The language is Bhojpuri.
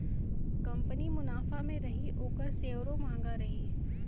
कंपनी मुनाफा मे रही ओकर सेअरो म्हंगा रही